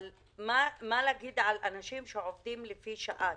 אבל מה להגיד על אנשים שעובדים לפי שעה,